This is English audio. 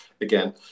again